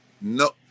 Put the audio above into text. No